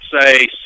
say